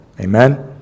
Amen